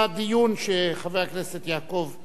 שחבר הכנסת יעקב אדרי,